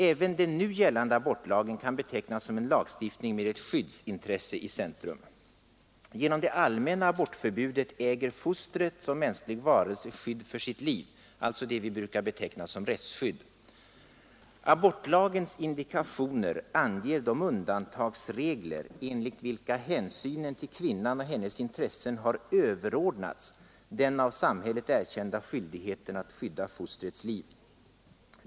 Även nu gällande abortlag kan betecknas som en lagstiftning med ett skyddsintresse i centrum. Genom det allmänna abortförbudet äger fostret som mänsklig varelse skydd för sitt liv, alltså det vi brukar beteckna som rättsskydd. Abortlagens indikationer anger de undantagsregler enligt vilka hänsynen till kvinnan och hennes intressen överordnats den av samhället erkända skyldigheten att skydda fostrets liv.